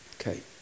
Okay